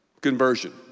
conversion